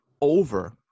over